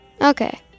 Okay